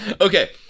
Okay